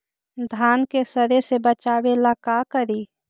धान के सड़े से बचाबे ला का करि?